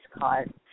card